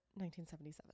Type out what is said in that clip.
1977